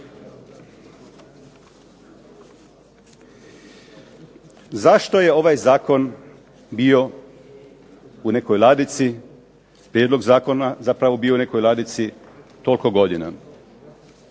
Zašto je ovaj zakon bio u nekoj ladici, prijedlog zakona zapravo bio u nekoj ladici toliko godina?